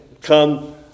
come